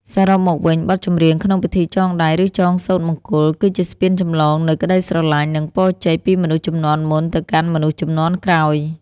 សរុបមកវិញ បទចម្រៀងក្នុងពិធីចងដៃ ឬចងសូត្រមង្គល គឺជាស្ពានចម្លងនូវក្តីស្រឡាញ់ និងពរជ័យពីមនុស្សជំនាន់មុនទៅកាន់មនុស្សជំនាន់ក្រោយ។